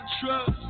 trust